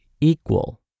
equal